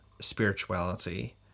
spirituality